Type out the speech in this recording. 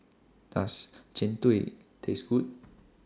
Does Jian Dui Taste Good